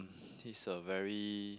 he's a very